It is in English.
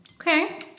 Okay